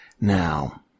Now